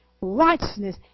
righteousness